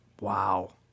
Wow